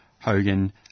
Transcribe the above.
Hogan